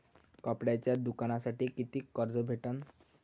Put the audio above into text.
कापडाच्या दुकानासाठी कितीक कर्ज भेटन?